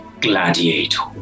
gladiator